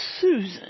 Susan